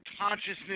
consciousness